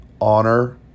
Honor